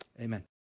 amen